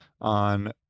on